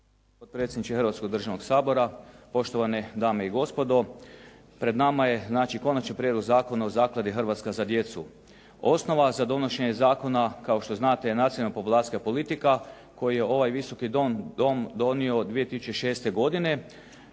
potpredsjedniče Hrvatskog državnog Sabora, poštovane dame i gospodo. Pred nama je znači Konačni prijedlog zakona o zakladi “Hrvatska za djecu“. Osnova za donošenje zakona kao što znate je nacionalna populacijska politika koju je ovaj Visoki dom donio 2006. godine